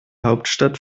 hauptstadt